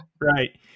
Right